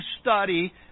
study